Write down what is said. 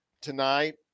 tonight